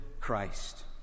Christ